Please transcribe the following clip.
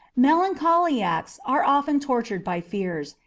melancholiacs are often tortured by fears,